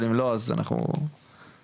אבל אם לא אז אנחנו נסיים את הדיון.